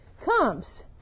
comes